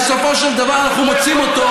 בסופו של דבר אנחנו מוצאים אותו,